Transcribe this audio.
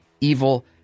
evil